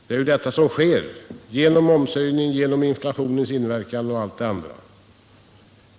Det är ju detta som sker genom momshöjning, inflationens inverkan och allt annat.